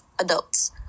adults